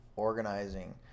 organizing